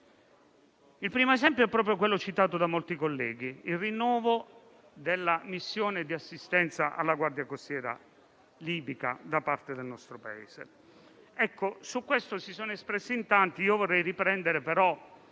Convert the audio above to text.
Il primo esempio è proprio quello citato da molti colleghi, ovvero il rinnovo della missione di assistenza alla guardia costiera libica da parte del nostro Paese. Su questo si sono espressi in tanti ed io vorrei riprendere in